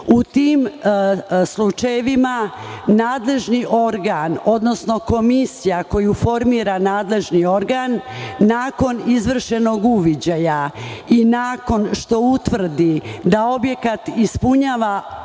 U tim slučajevima nadležni organ, odnosno komisija koju formira nadležni organ, nakon izvršenog uviđaja i nakon što utvrdi da objekat ispunjava ili